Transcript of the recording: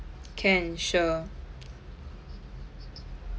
can sure